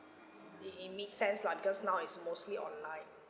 it it makes sense lah because now it's mostly online